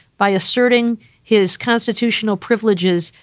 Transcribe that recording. by asserting his constitutional privileges,